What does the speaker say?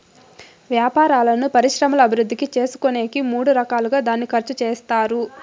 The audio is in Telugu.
వ్యాపారాలను పరిశ్రమల అభివృద్ధి చేసుకునేకి మూడు రకాలుగా దాన్ని ఖర్చు చేత్తారు